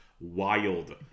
wild